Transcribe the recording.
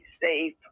safe